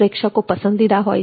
પ્રેક્ષકો પસંદીદા હોય છે